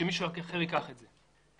שמישהו אחר ייקח את זה.